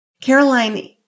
Caroline